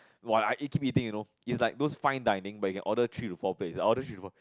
!wah! I eat keep eating you know it's like those fine dining but you can order three to four plate I order three to four